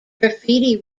graffiti